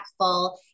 impactful